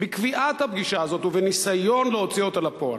בקביעת הפגישה הזאת ובניסיון להוציא אותה לפועל.